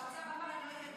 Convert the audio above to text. והאוצר אמר שהם לא ידעו,